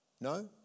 No